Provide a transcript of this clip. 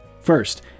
First